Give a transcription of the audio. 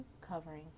covering